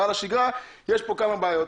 החזרה לשגרה, יש פה כמה בעיות.